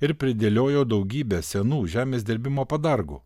ir pridėliojo daugybę senų žemės dirbimo padargų